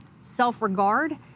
self-regard